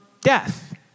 death